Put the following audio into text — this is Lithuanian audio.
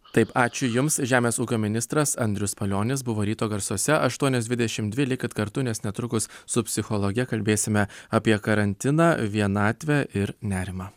taip ačiū jums žemės ūkio ministras andrius palionis buvo ryto garsuose aštuonios dvidešimt dvi likit kartu nes netrukus su psichologe kalbėsime apie karantiną vienatvę ir nerimą